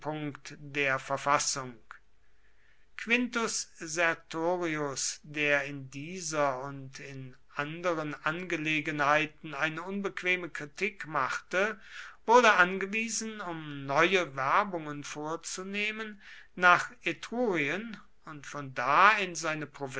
der verfassung quintus sertorius der in dieser und in anderen angelegenheiten eine unbequeme kritik machte wurde angewiesen um neue werbungen vorzunehmen nach etrurien und von da in seine